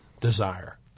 desire